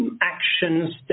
actions